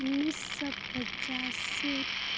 उन्नीस सौ पचासीत